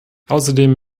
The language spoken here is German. außerdem